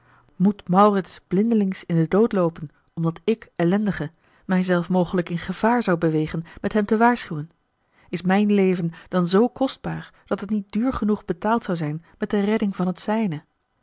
moet maurits blindelings in den dood loopen omdat ik ellendige mij zelf mogelijk in gevaar zou begeven met hem te waarschuwen is mijn leven dan zoo kostbaar dat het niet duur genoeg betaald zou zijn met de redding van het zijne